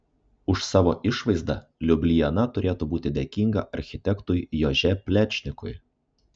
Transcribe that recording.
už savo išvaizdą liubliana turėtų būti dėkinga architektui jože plečnikui